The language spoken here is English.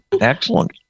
Excellent